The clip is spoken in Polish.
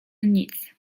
nic